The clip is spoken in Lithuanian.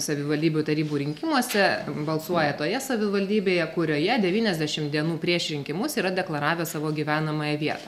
savivaldybių tarybų rinkimuose balsuoja toje savivaldybėje kurioje devyniasdešimt dienų prieš rinkimus yra deklaravę savo gyvenamąją vietą